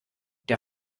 der